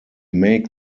make